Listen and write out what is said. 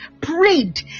prayed